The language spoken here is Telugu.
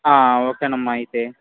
ఓకే అమ్మా అయితే